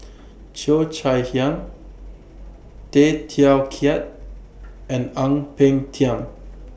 Cheo Chai Hiang Tay Teow Kiat and Ang Peng Tiam